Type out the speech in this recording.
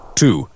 two